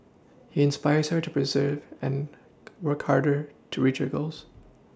he inspires her to persevere and work harder to reach her goals